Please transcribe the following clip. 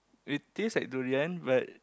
it taste like durian but